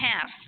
half